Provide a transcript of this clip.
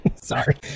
sorry